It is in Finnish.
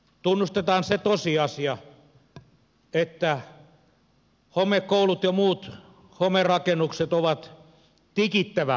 tunnustetaan se tosiasia että homekoulut ja muut homerakennukset ovat tikittävä aikapommi